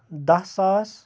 دَہ ساس